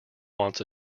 wants